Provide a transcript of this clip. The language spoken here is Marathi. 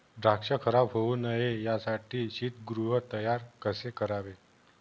द्राक्ष खराब होऊ नये यासाठी शीतगृह तयार कसे करावे?